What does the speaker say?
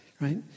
right